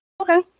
Okay